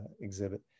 exhibit